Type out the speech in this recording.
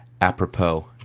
apropos